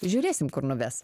žiūrėsim kur nuves